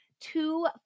Two